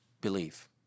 Believe